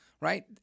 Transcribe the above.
right